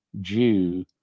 Jew